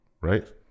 Right